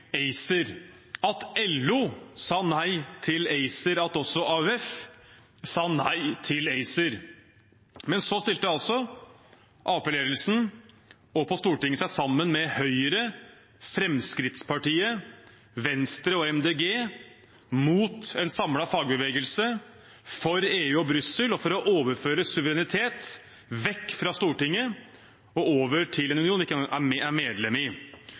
ACER, at LO sa nei til ACER, og at også AUF sa nei til ACER. Men så stilte altså Arbeiderparti-ledelsen og Arbeiderpartiet på Stortinget seg sammen med Høyre, Fremskrittspartiet, Venstre og Miljøpartiet De Grønne mot en samlet fagbevegelse og for EU og Brussel og for å overføre suverenitet fra Stortinget til en union vi ikke engang er medlem i.